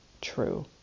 true